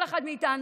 כל אחד מאיתנו,